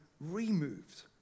removed